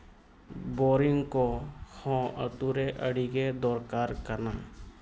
boring ᱠᱚ ᱦᱚᱸ ᱟᱛᱳ ᱨᱮ ᱟᱹᱰᱤᱜᱮ ᱫᱚᱨᱠᱟᱨ ᱠᱟᱱᱟ